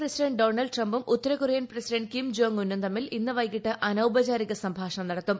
president Donald ട്രൂപ്പും ഉത്തരകൊറിയൻ president Kim Jong ഉന്നും തമ്മിൽ ഉവെകിട്ട് അനൌപചാരിക സംഭാഷണം നടത്തും